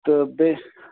تہٕ بیٚیہِ